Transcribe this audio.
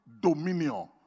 dominion